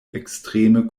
ekstreme